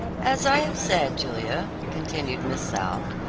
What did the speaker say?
as i have said, julia, continued miss south,